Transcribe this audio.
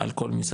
על כל משרד?